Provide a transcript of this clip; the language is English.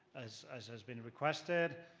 as as has been requested?